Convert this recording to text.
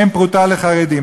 ואין פרוטה לחרדים.